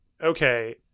Okay